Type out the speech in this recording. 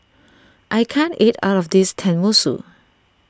I can't eat all of this Tenmusu